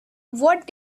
what